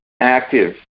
active